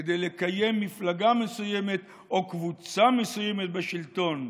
כדי לקיים מפלגה מסוימת או קבוצה מסוימת בשלטון.